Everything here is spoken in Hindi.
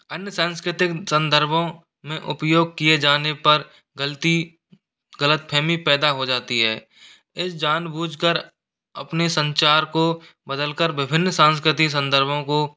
अन्य सांस्कृतिक सन्दर्भों में उपयोग किए जाने पर ग़लती ग़लत फ़ेहमी पैदा हो जाती इसे जान बूझ कर अपने संचार को बदल कर विभिन्न सांस्कृतिक संदर्भों को